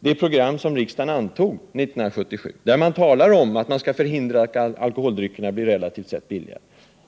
det program som riksdagen antog 1977. Det talas där om att man skall förhindra att alkoholdryckerna blir relativt sett billigare.